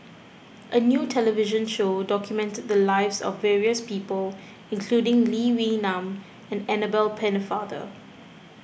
a new television show documented the lives of various people including Lee Wee Nam and Annabel Pennefather